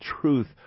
truth